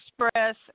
Express